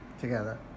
together